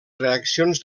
reaccions